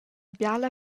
biala